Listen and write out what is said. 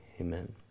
amen